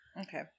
Okay